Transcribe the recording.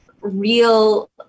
real